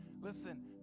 listen